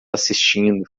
assistindo